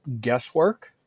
guesswork